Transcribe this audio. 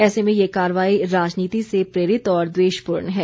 ऐसे में ये कार्रवाई राजनीति से प्रेरित और द्वेषपूर्ण है